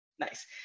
Nice